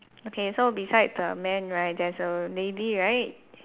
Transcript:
okay so beside the men right there's a lady right